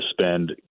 spend